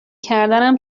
کردنم